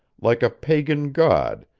like a pagan god,